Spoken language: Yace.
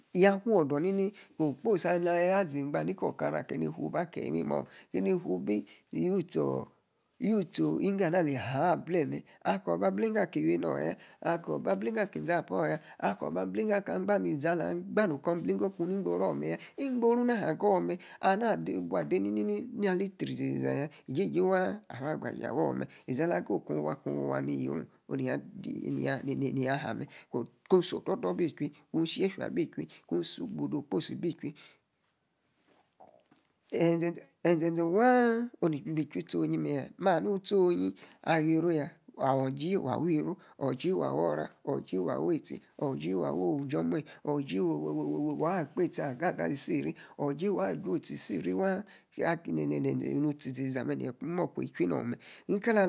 Yaa fuodoor ni ni, ekposi aleeri afu zeugba ni koor okara, keni fuu ba keyi imimo. Keni fun bi choor, waitchi ana aleyi aba ble me; akaorbablingo akiwi enoor ya, akaor ba blinge akinzapoor ya, akoor ban ablingo. akangbanni zale angbani okoor blingo ni ingborão me ya ingbo ru na hagoor me'. Ani' baa dei azininini neyi ali tru izizizaya. jiji waa aba gbaje awoor mes iza la angba okun wa kun wa niyi ong, nia nininini nia ha me', kun si ododor bi'tchai, kun si yefia bitcháy kan si ogude exposi bi' tchui enzeze, enzeze waa in Achui utchionyi me'ya, orji wa wii ru, orji waa woora, orji wa wei eitchi, orji wa wii'uji waa kpe etchi agaga isirc waa. Akin zenze zenze nuu'tchi izi zi ziza me', ne yi a'moku itchui nang me'.